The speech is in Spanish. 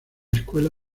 escuela